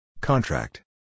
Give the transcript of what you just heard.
Contract